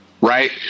Right